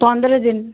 ପନ୍ଦର ଦିନ